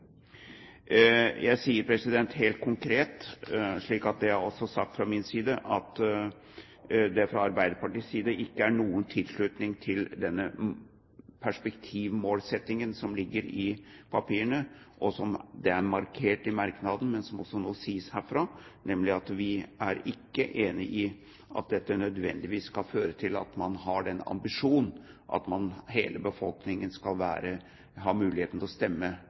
Jeg sier helt konkret, slik at det også er sagt, at det fra Arbeiderpartiets side ikke er noen tilslutning til denne perspektivmålsettingen som ligger i papirene, og som er markert i merknaden, og som nå også sies herfra: Vi er ikke enig i at dette nødvendigvis skal føre til at man har ambisjon om at hele befolkningen skal ha muligheten til å stemme